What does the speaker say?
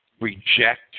reject